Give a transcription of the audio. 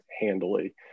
handily